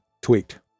tweaked